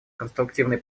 конструктивный